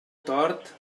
tort